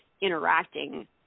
interacting